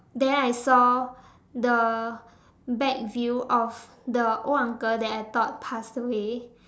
then I saw the back view of the old uncle that I thought passed away